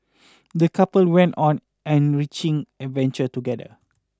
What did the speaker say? the couple went on enriching adventure together